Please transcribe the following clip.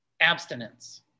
abstinence